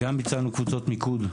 וגם ביצענו קבוצות מיקוד,